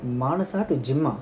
மானசா:manasa to gym ah